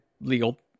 legal